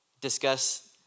discuss